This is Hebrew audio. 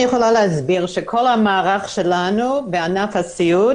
כל המערך שלנו בענף הסיעוד